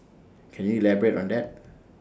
can you elaborate on that